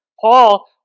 Paul